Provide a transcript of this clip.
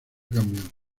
cambian